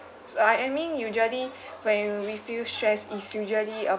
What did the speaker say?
s~ I I mean usually when we feel stress is usually a~